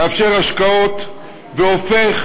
מאפשר השקעות והופך,